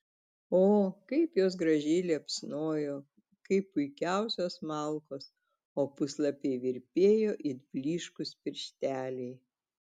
o kaip jos gražiai liepsnojo kaip puikiausios malkos o puslapiai virpėjo it blyškūs piršteliai